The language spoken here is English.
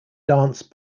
dance